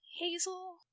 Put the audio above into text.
Hazel